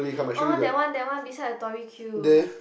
oh that one that one beside the Tori-Q